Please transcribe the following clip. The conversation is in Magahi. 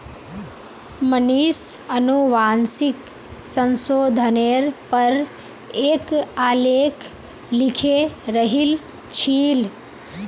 मनीष अनुवांशिक संशोधनेर पर एक आलेख लिखे रहिल छील